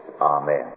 Amen